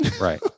Right